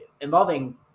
involving